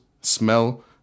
smell